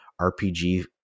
RPG